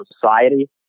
society